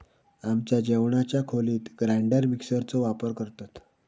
आमच्या जेवणाच्या खोलीत ग्राइंडर मिक्सर चो वापर करतत